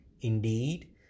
Indeed